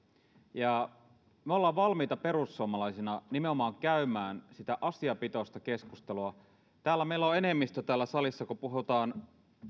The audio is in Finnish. me olemme valmiita perussuomalaisina nimenomaan käymään sitä asiapitoista keskustelua meillä on enemmistö täällä salissa kun puhutaan